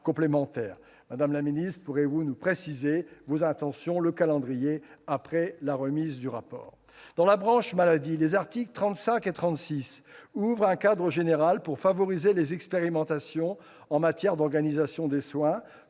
Madame la ministre, pouvez-vous nous préciser le calendrier après la remise du rapport ? Dans la branche maladie, les articles 35 et 36 ouvrent un cadre général pour favoriser les expérimentations en matière d'organisation des soins,